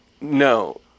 No